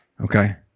Okay